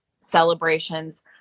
celebrations